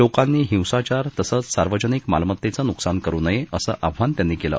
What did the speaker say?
लोकांनी हिंसाचार तसंच सार्वजनिक मालमत्तेचं न्कसान करु नये असं आव्हान त्यांनी केलं